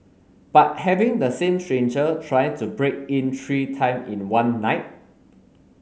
but having the same stranger trying to break in three time in one night